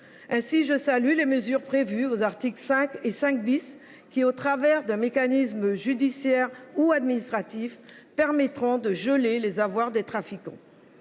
Ainsi, je salue les mesures prévues aux articles 5 et 5 , qui permettront, au travers d’un mécanisme judiciaire ou administratif, de geler les avoirs des trafiquants.